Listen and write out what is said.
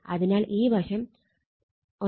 അതിനാൽ ഈ വശം 1